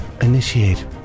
Initiate